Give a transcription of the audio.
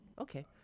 Okay